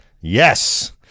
Yes